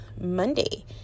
Monday